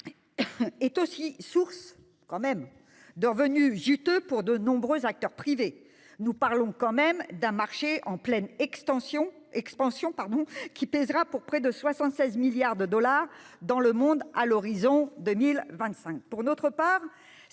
est aussi la source de juteux revenus pour de nombreux acteurs privés. Nous parlons d'un marché en pleine expansion, qui pèsera près de 76 milliards de dollars dans le monde à l'horizon 2025.